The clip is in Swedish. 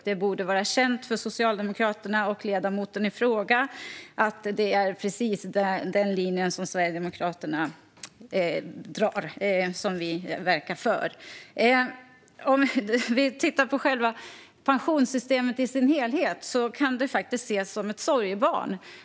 Det borde vara känt för Socialdemokraterna och ledamoten i fråga vilken linje vi i Sverigedemokraterna verkar för. Låt oss titta på pensionssystemet i dess helhet. Det kan ses som ett sorgebarn.